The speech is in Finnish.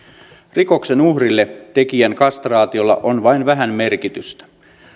rikoksen uhrille tekijän kastraatiolla on vain vähän merkitystä